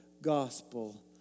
gospel